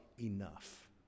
enough